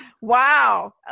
wow